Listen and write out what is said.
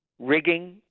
rigging